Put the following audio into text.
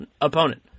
opponent